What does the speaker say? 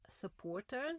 supporters